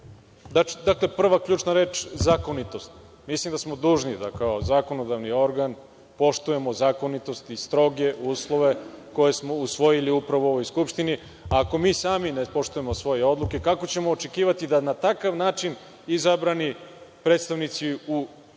način. Dakle, prva ključna reč - zakonitost. Mislim da smo dužni da kao zakonodavni organ poštujemo zakonitost i stroge uslove koje smo usvojili upravo u ovoj Skupštini. Ako mi sami ne poštujemo svoje odluke, kako ćemo očekivati da na takav način izabrani predstavnici u